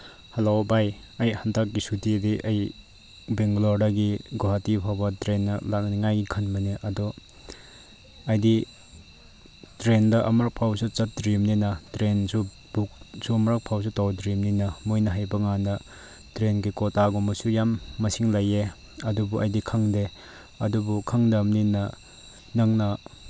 hello ꯚꯥꯏ ꯑꯩ ꯍꯟꯗꯛꯀꯤ ꯁꯨꯇꯤꯗꯤ ꯑꯩ ꯕꯦꯡꯒꯂꯣꯔꯗꯒꯤ ꯒꯨꯍꯥꯇꯤ ꯐꯥꯎꯕ ꯇ꯭ꯔꯦꯟꯗ ꯂꯥꯛꯅꯤꯉꯥꯏꯒꯤ ꯈꯟꯕꯅꯦ ꯑꯗꯣ ꯑꯩꯗꯤ ꯇ꯭ꯔꯦꯟꯗ ꯑꯃꯔꯛ ꯐꯥꯎꯁꯨ ꯆꯠꯇ꯭ꯔꯤꯕꯅꯤꯅ ꯇ꯭ꯔꯦꯟꯁꯨ ꯕꯨꯛꯁꯨ ꯑꯃꯔꯛ ꯐꯥꯎꯁꯨ ꯇꯧꯗ꯭ꯔꯤꯕꯅꯤꯅ ꯃꯣꯏꯅ ꯍꯥꯏꯕ ꯀꯥꯟꯗ ꯇ꯭ꯔꯦꯟꯒꯤ ꯀꯣꯇꯥꯒꯨꯝꯕꯁꯨ ꯌꯥꯝ ꯂꯩꯌꯦ ꯑꯗꯨꯕꯨ ꯑꯩꯗꯤ ꯈꯪꯗꯦ ꯑꯗꯨꯕꯨ ꯈꯪꯗꯕꯅꯤꯅ ꯅꯪꯅ